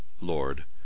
Lord